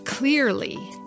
Clearly